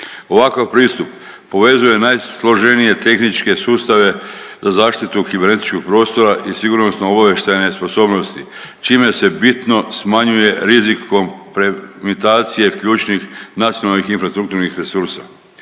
Ovakav pristup povezuje najsloženije tehničke sustave za zaštitu kibernetičkog prostora i sigurnosno-obavještajne sposobnosti čime se bitno smanjuje rizikom …/Govornik se ne razumije./… ključnih nacionalnih infrastrukturnih resursa.